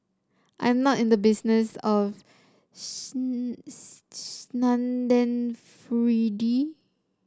I am not in the business of